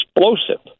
explosive